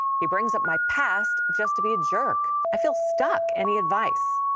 he brings up my past just to be a jerk. i feel stuck. any advice?